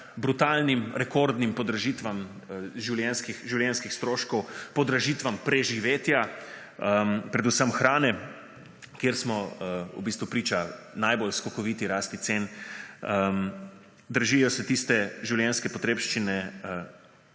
brutalnim, rekordnim podražitvam življenjskih stroškov, podražitvam preživetja, predvsem hrane, kjer smo priče najbolj skokoviti rasti cen. Dražijo se tiste življenjske potrebščine,